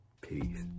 Peace